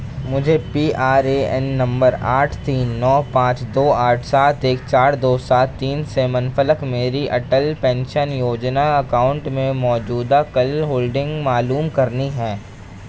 مجھے P R A N number آٹھ تین نو پانچ دو آٹھ سات ایک چار دو سات تین سے منسلک میری اٹل پینشن یوجنا اکاؤنٹ میں موجودہ کل ہولڈنگ معلوم کرنی ہے